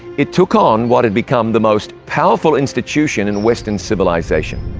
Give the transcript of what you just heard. it took on what had become the most powerful institution in western civilization.